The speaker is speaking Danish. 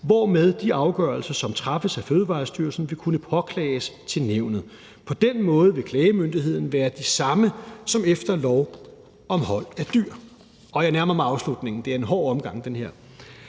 hvormed de afgørelser, som træffes af Fødevarestyrelsen, vil kunne påklages til nævnet. På den måde vil klagemyndigheden være den samme som efter lov om hold af dyr. Og jeg nærmer mig afslutningen – det her er en hård omgang. Kl.